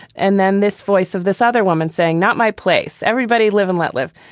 and then this voice of this other woman saying, not my place, everybody live and let live.